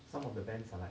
some of the bends are like